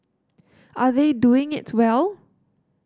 are they doing it well